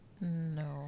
No